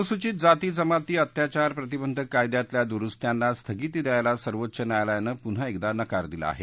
अनुसूचित जाती जमाती अत्याचार प्रतिबंधक कायद्यातल्या दुरुस्त्यांना स्थगिती द्यायला सर्वोच्च न्यायालयानं पुन्हा एकदा नकार दिला आहे